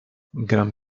gram